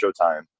showtime